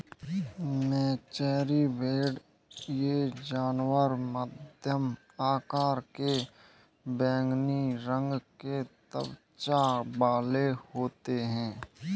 मेचेरी भेड़ ये जानवर मध्यम आकार के बैंगनी रंग की त्वचा वाले होते हैं